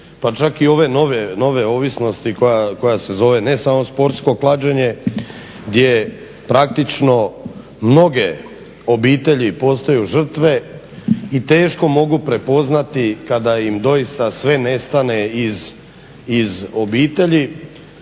Pa čak i ove nove ovisnosti koja se zove ne samo sportsko klađenje gdje praktično mnoge obitelji postaju žrtve i teško mogu prepoznati kada im doista sve nestane iz obitelji